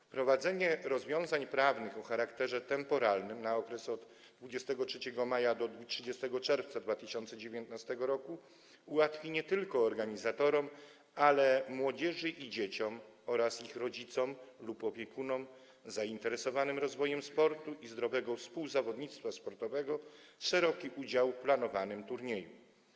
Wprowadzenie rozwiązań prawnych o charakterze temporalnym na okres od 23 maja do 30 czerwca 2019 r. ułatwi nie tylko organizatorom, ale też młodzieży i dzieciom oraz ich rodzicom lub opiekunom zainteresowanym rozwojem sportu i zdrowego współzawodnictwa sportowego szeroki udział w planowanym turnieju.